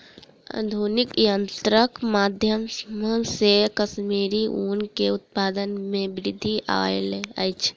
आधुनिक यंत्रक माध्यम से कश्मीरी ऊन के उत्पादन में वृद्धि आयल अछि